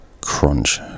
crunch